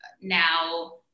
now